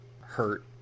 hurt